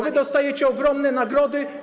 Wy dostajecie ogromne nagrody.